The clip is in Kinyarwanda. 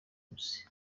james